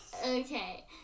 Okay